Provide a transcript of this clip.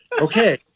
Okay